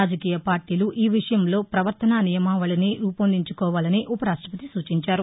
రాజకీయ పార్టీలు ఈ విషయంలో పవర్తనా నియమావళిని ఊపొందించుకోవాలని ఉపరాష్టపతి సూచించారు